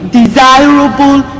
desirable